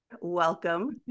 Welcome